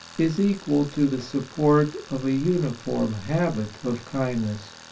is equal to the support of a uniform habit of kindness.